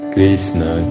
Krishna